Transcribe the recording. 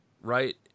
right